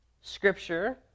Scripture